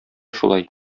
шулай